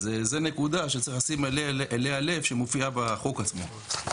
זו נקודה שצריך לשים אליה לב, שמופיעה בחוק עצמו.